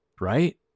right